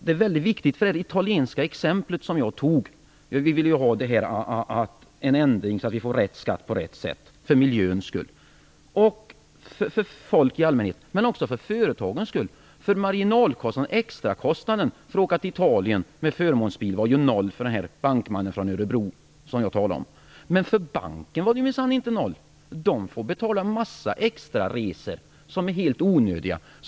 Det italienska exemplet som jag tog upp är väldigt viktigt. Vi vill ju ha en ändring, så att vi får rätt skatt på rätt sätt, för miljöns skull, för folk i allmänhet men också för företagens skull. Marginalkostnaden, extrakostnaden för att åka till Italien med förmånsbil var ju noll för den bankman från Örebro som jag talade om, men för banken var kostnaden minsann inte noll, utan banken fick betala en massa extraresor som är helt onödiga.